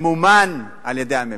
וימומן על-ידי הממשלה,